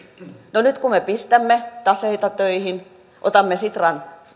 no nyt kun me pistämme taseita töihin ja otamme sitran